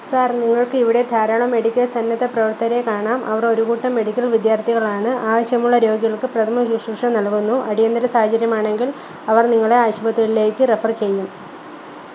sir നിങ്ങൾക്ക് അവിടെ ധാരാളം മെഡിക്കൽ സന്നദ്ധ പ്രവർത്തകരെ കാണാം അവർ ഒരു കൂട്ടം മെഡിക്കൽ വിദ്യാർത്ഥികളാണ് ആവശ്യമുള്ള രോഗികൾക്ക് പ്രഥമശുശ്രൂഷ നൽകുന്നു അടിയന്തര സാഹചര്യമാണെങ്കിൽ അവർ നിങ്ങളെ ആശുപത്രികളിലേക്ക് റഫറ് ചെയ്യും